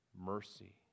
mercy